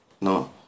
No